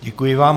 Děkuji vám.